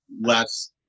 less